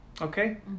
Okay